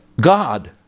God